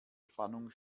spannung